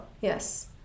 Yes